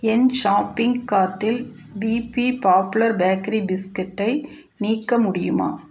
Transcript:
என் shopping கார்ட்டில் BB popular bakery பிஸ்கட்டை நீக்க முடியுமா